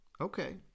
Okay